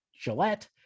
Gillette